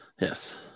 Yes